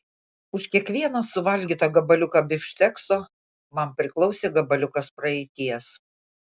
už kiekvieną suvalgytą gabaliuką bifštekso man priklausė gabaliukas praeities